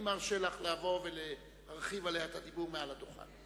אני מרשה לך לבוא ולהרחיב עליה את הדיבור מעל הדוכן.